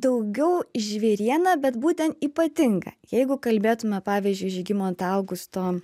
daugiau žvėriena bet būten ypatinga jeigu kalbėtume pavyzdžiui žygimanto augusto